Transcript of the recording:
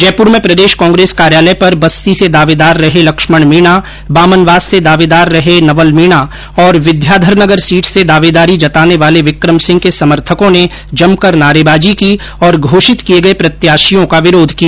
जयपुर में प्रदेष कांग्रेस कार्यालय पर बस्सी से दावेदार रहे लक्ष्मण मीणा बामनवास से दावेदार रहे नवल मीणा और विद्याद्यर नगर सीट से दावेदारी जताने वाले विक्रम सिंह के समर्थकों ने जमकर नारेबाजी की और घोषित किये गये प्रत्याषियों का विरोध किया